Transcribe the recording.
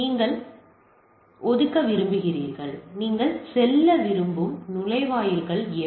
நீங்கள் ஒதுக்க விரும்புகிறீர்கள் நீங்கள் செல்ல விரும்பும் நுழைவாயில்கள் எவை